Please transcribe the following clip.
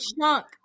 chunk